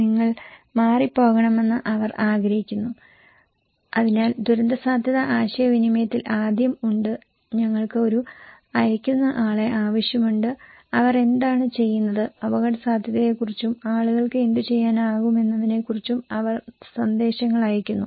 നിങ്ങൾ മാറിപോകണമെന്ന് അവർ ആഗ്രഹിക്കുന്നു അതിനാൽ ദുരന്തസാധ്യതാ ആശയവിനിമയത്തിൽ ആദ്യം ഉണ്ട് ഞങ്ങൾക്ക് ഒരു അയക്കുന്നയാളെ ആവശ്യമുണ്ട് അവർ എന്താണ് ചെയ്യുന്നത് അപകടസാധ്യതയെക്കുറിച്ചും ആളുകൾക്ക് എന്തുചെയ്യാനാകുമെന്നതിനെക്കുറിച്ചും അവർ സന്ദേശങ്ങൾ അയയ്ക്കുന്നു